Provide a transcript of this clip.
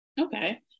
Okay